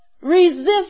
Resist